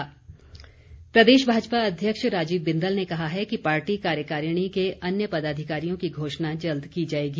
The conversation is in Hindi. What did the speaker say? बिंदल प्रदेश भाजपा अध्यक्ष राजीव बिंदल ने कहा है कि पार्टी कार्यकारिणी के अन्य पदाधिकारियों की घोषणा जल्द की जाएगी